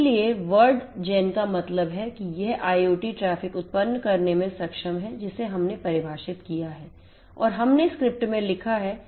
इसलिए वर्डgen का मतलब है कि यह IoT ट्रैफ़िक उत्पन्न करने में सक्षम है जिसे हमने परिभाषित किया है और हमने स्क्रिप्ट में लिखा है